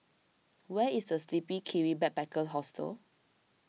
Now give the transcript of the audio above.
where is the Sleepy Kiwi Backpackers Hostel